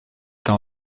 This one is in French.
t’as